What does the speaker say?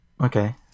Okay